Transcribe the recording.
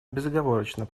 безоговорочно